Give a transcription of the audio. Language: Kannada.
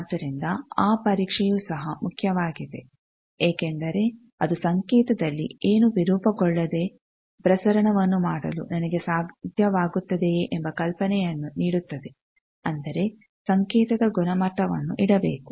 ಆದ್ದರಿಂದ ಆ ಪರೀಕ್ಷೆಯು ಸಹ ಮುಖ್ಯವಾಗಿದೆ ಏಕೆಂದರೆ ಅದು ಸಂಕೇತದಲ್ಲಿ ಏನು ವಿರೂಪಗೊಳ್ಳದೆ ಪ್ರಸರಣವನ್ನು ಮಾಡಲು ನನಗೆ ಸಾಧ್ಯವಾಗುತ್ತದೆಯೇ ಎಂಬ ಕಲ್ಪನೆಯನ್ನು ನೀಡುತ್ತದೆ ಅಂದರೆ ಸಂಕೇತದ ಗುಣಮಟ್ಟವನ್ನು ಇಡಬೇಕು